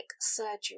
surgery